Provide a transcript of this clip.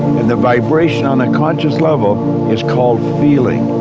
and the vibration on a conscious level is called feeling.